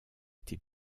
été